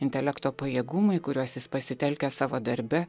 intelekto pajėgumai kuriuos jis pasitelkia savo darbe